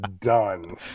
done